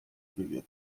kõige